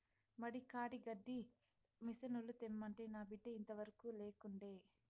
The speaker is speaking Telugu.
మడి కాడి గడ్డి మిసనుల తెమ్మంటే నా బిడ్డ ఇంతవరకూ లేకుండే